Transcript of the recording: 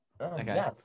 okay